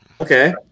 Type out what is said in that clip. Okay